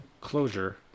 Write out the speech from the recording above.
Closure